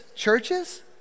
Churches